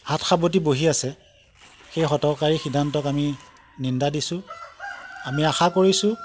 হাত সাবতি বহি আছে সেই হঠকাৰী সিদ্ধান্তক আমি নিন্দা দিছোঁ আমি আশা কৰিছো